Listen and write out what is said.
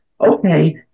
Okay